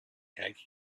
cake